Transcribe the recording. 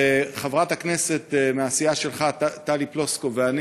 וחברת הכנסת מהסיעה שלך טלי פלוסקוב ואני